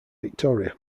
victoria